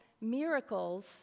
miracles